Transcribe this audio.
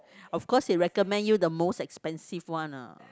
of course they recommend you the most expensive one ah